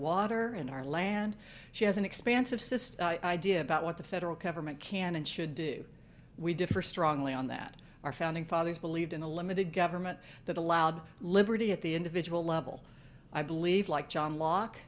water in our land she has an expansive system idea about what the federal government can and should do we differ strongly on that our founding fathers believed in a limited government that allowed liberty at the individual level i believe like john lock